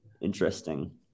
interesting